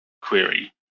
query